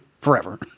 forever